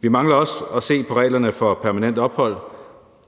Vi mangler også at se på reglerne for permanent ophold.